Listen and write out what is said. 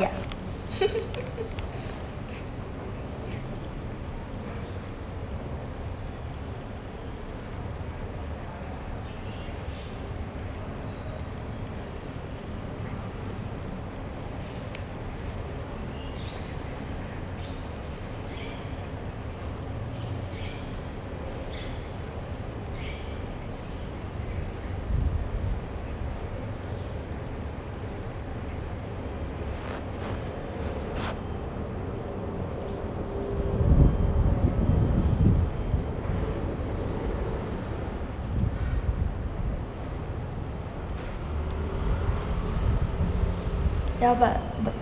ya ya but but